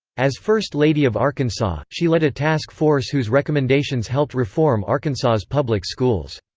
as first lady of arkansas, she led a task force whose recommendations helped reform arkansas's public schools.